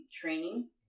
training